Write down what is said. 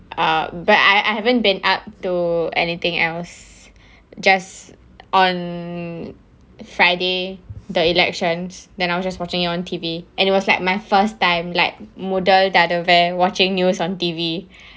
uh but I I haven't been up to anything else just on friday the elections then I was just watching it on T_V and was like my first time like முதல் தடவ:muthal thadava watching news on T_V